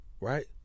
right